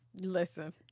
Listen